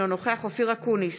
אינו נוכח אופיר אקוניס,